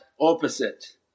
Opposite